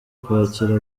kwakira